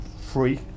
free